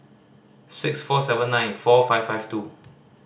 six four seven nine four five five two